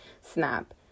snap